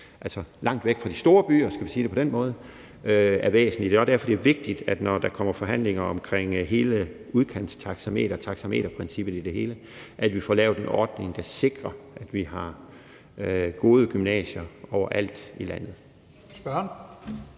langt væk fra de store byer er væsentlige. Det er også derfor, det er vigtigt, at når der kommer forhandlinger om hele udkantstaxameteret, taxameterprincippet i det hele taget, får vi lavet en ordning, der sikrer, at vi har gode gymnasier overalt i landet.